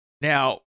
Now